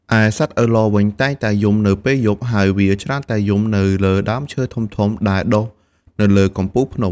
ឯសត្វឪឡវិញ តែងតែយំនៅពេលយប់ ហើយវាច្រើនតែយំនៅលើដើមឈើធំៗដែលដុះនៅលើកំពូលភ្នំ។